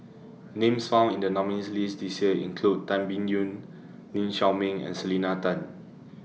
Names found in The nominees' list This Year include Tan Biyun Lee Shao Meng and Selena Tan